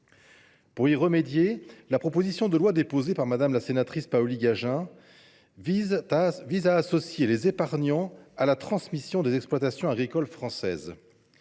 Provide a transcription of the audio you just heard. Pour y remédier, la proposition de loi déposée par Vanina Paoli Gagin vise à associer les épargnants à la transmission des exploitations agricoles françaises.